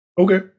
Okay